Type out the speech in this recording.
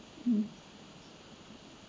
mm